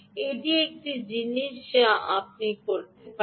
এটি একটি জিনিস যা আপনি করতে পারেন